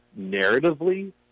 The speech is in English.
narratively